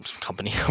company